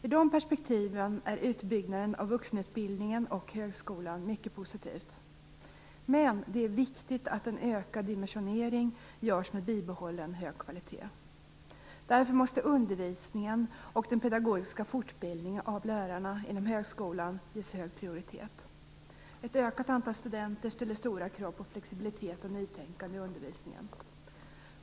I de perspektiven är utbyggnaden av vuxenutbildningen och högskolan mycket positiv. Men det är viktigt att en ökad dimensionering görs med bibehållen hög kvalitet. Därför måste undervisningen och den pedagogiska fortbildningen av lärarna inom högskolan ges hög prioritet. Ett ökat antal studenter ställer stora krav på flexibilitet och nytänkande i undervisningen.